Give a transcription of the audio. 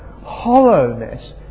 hollowness